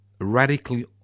radically